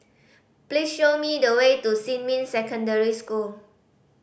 please show me the way to Xinmin Secondary School